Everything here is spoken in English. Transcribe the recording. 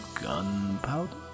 Gunpowder